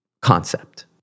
concept